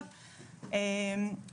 הבנתי.